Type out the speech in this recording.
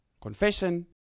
Confession